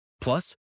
Plus